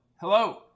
Hello